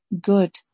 Good